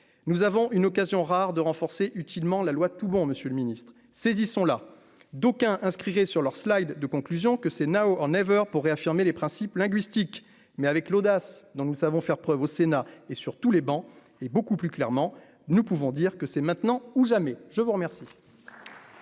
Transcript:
nous avons une occasion rare de renforcer utilement la loi Toubon, Monsieur le Ministre, saisissons-là, d'aucuns inscrivez sur leur slide de conclusion que c'est Nao en never pour réaffirmer les principes linguistique mais avec l'audace dont nous savons faire preuve au Sénat et sur tous les bancs et beaucoup plus clairement, nous pouvons dire que c'est maintenant ou jamais, je vous remercie.